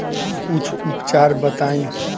कुछ उपचार बताई?